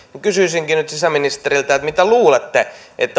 kysyisinkin nyt sisäministeriltä mitä luulette